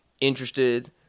interested